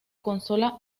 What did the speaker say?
consola